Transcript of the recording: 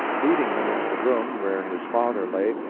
leading him into the room where his father lay,